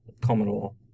Commodore